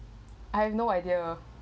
I have no idea